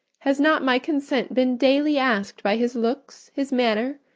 has not my consent been daily asked by his looks, his manner,